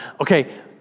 Okay